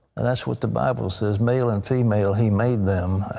and that's what the bible says, male and female, he made them